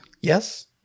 Yes